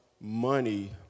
money